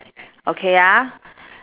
okay ah